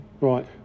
Right